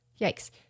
Yikes